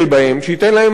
שייתן להם מזון,